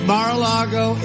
Mar-a-Lago